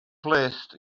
placed